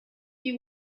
you